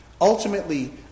Ultimately